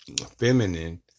feminine